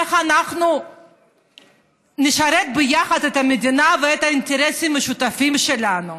איך אנחנו נשרת ביחד את המדינה ואת האינטרסים המשותפים שלנו,